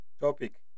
topic